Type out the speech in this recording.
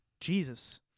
Jesus